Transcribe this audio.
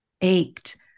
ached